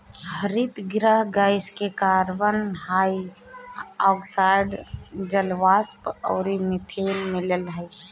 हरितगृह गैस में carbon dioxide, जलवाष्प अउरी मीथेन मिलल हअ